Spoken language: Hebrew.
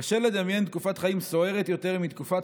קשה לדמיין תקופת חיים סוערת יותר מתקופת